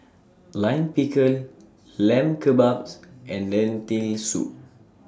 Lime Pickle Lamb Kebabs and Lentil Soup